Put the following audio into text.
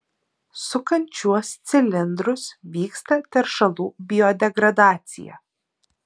sukant šiuos cilindrus vyksta teršalų biodegradacija